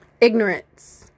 Ignorance